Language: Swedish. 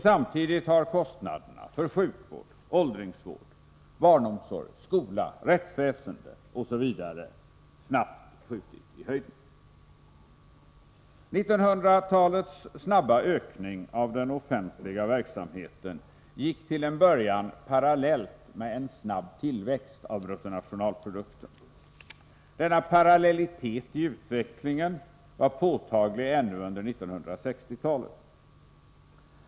Samtidigt har kostnaderna för sjukvård, åldringsvård, barnomsorg, skola, rättsväsende osv. snabbt skjutit i höjden. 1900-talets snabba ökning av den offentliga verksamheten gick till en början parallellt med en snabb tillväxt av bruttonationalprodukten. Denna parallellitet i utvecklingen var påtaglig ännu under 1960-talet.